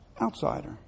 outsider